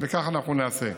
וכך אנחנו נעשה.